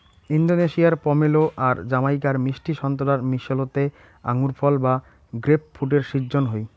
ইন্দোনেশিয়ার পমেলো আর জামাইকার মিষ্টি সোন্তোরার মিশোলোত আঙুরফল বা গ্রেপফ্রুটের শিজ্জন হই